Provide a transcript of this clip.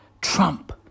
Trump